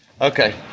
Okay